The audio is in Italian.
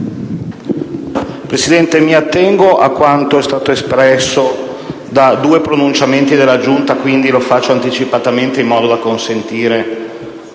Presidente, mi attengo a quanto espresso da due pronunce della Giunta e, quindi, intervengo anticipatamente in modo da consentire